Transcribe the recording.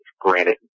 granted